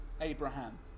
Abraham